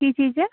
ਕੀ ਚੀਜ਼